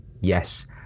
Yes